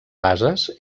bases